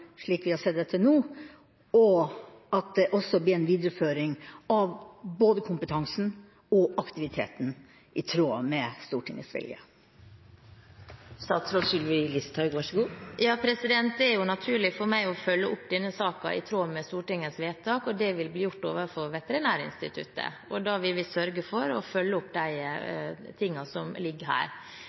slik vi har sett det til nå, og også at det blir en videreføring av både kompetanse og aktivitet, i tråd med Stortingets vilje? Det er naturlig for meg å følge opp denne saken i tråd med Stortingets vedtak. Det vil bli gjort overfor Veterinærinstituttet. Da vil vi sørge for å følge opp det som ligger her.